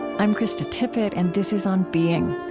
i'm krista tippett, and this is on being.